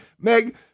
Meg